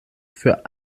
für